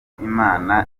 imana